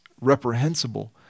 reprehensible